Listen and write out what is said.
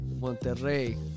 Monterrey